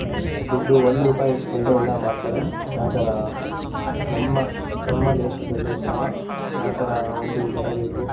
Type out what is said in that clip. ದುಡ್ಡು ಒಂದು ರೂಪಾಯಿ ಈಸ್ಕೊಳ್ಳದೇ ಎಲ್ಲ ಮಾಡ್ತಾರೆ ಆ ಥರ ನಮ್ಮ ನಮ್ಮ ದೇಶದಲ್ಲೂ ಸಹ ಆ ಥರ ಒಂದು ಬರಬೇಕು